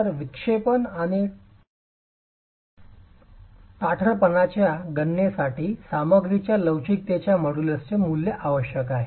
तर विक्षेपन आणि ताठरपणाच्या गणनेसाठी सामग्रीच्या लवचिकतेच्या मॉड्यूलसचे मूल्य आवश्यक आहे